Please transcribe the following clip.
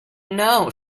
know